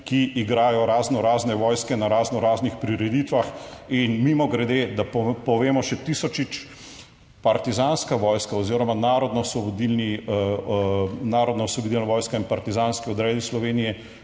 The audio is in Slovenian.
ki igrajo raznorazne vojske na razno raznih prireditvah in mimogrede, da povemo še tisočkrat, partizanska vojska oziroma narodnoosvobodilni, Narodnoosvobodilna vojska in partizanski odredi Slovenije